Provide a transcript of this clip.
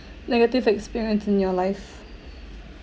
negative experience in your life